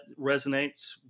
resonates